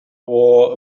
wore